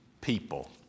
people